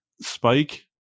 Spike